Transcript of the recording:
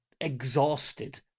exhausted